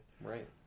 right